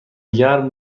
گرم